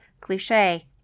cliche